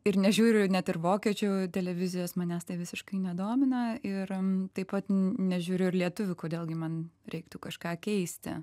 ir nežiūriu net ir vokiečių televizijos manęs tai visiškai nedomina ir taip pat nežiūriu ir lietuvių kodėl gi man reiktų kažką keisti